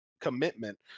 commitment